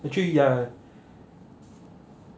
actually ya